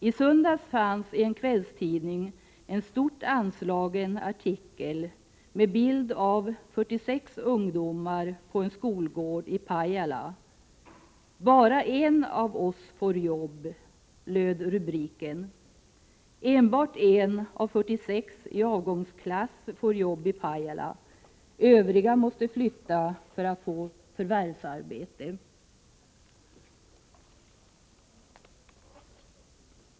I söndags fanns i en kvällstidning en stort uppslagen artikel med en bild av 46 ungdomar på en skolgård i Pajala. ”Bara en av oss får jobb” löd rubriken. Enbart en av 46 i avgångsklass får jobb i Pajala, övriga måste flytta för att få förvärvsarbete.